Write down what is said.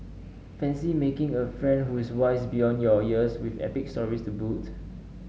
fancy making a friend who is wise beyond your years with epic stories to boot